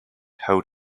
hold